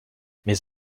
mes